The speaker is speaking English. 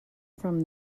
from